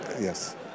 Yes